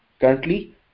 currently